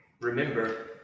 remember